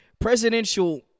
presidential